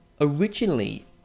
Originally